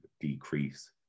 decrease